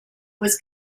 was